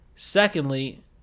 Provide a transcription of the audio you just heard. Secondly